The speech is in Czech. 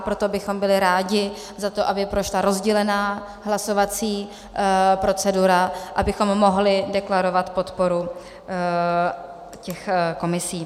Proto bychom byli rádi za to, aby prošla rozdělená hlasovací procedura, abychom mohli deklarovat podporu těch komisí.